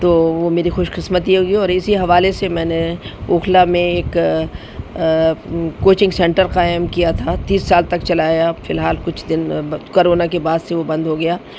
تو وہ میری خوش قسمتی ہوگئی اور اسی حوالے سے میں نے اوکھلا میں ایک کوچنگ سینٹر قائم کیا تھا تیس سال تک چلایا فی الحال کچھ دن کرونا کے بعد سے وہ بند ہو گیا